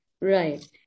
Right